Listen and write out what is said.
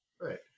Right